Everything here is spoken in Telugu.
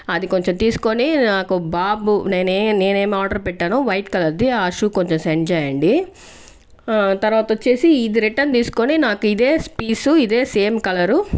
అది కొంచెం తీస్కొని నాకు బాబు నేనే నేనేం ఆర్డర్ పెట్టానో వైట్ కలర్ది ఆ షూ కొంచెం సెండ్ చేయండి ఆ తర్వాత వచ్చి ఇది రిటన్ తీసుకొని నాకు ఇదే పీసు ఇదే సేమ్ కలరు